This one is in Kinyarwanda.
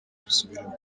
mbisubiremo